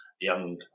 young